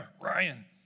Ryan